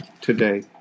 today